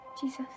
Jesus